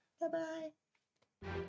Bye-bye